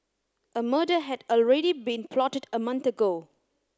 a murder had already been plotted a month ago